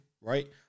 Right